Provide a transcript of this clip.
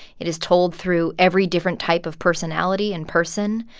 it is told through every different type of personality and person.